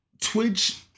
Twitch